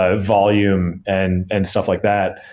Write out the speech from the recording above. ah volume and and stuff like that.